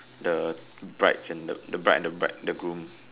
the brides and the bride the bride the groom